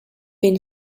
been